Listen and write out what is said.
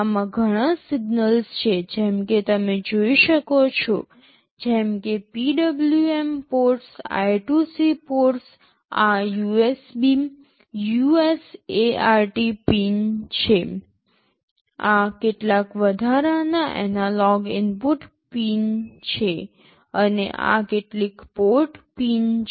આમાં ઘણાં સિગ્નલસ છે જેમ કે તમે જોઈ શકો છો જેમ કે PWM પોર્ટ્સ I2C પોર્ટ્સ આ USB UART પિન છે આ કેટલાક વધારાના એનાલોગ ઇનપુટ પિન છે અને આ કેટલીક પોર્ટ પિન છે